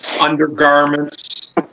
Undergarments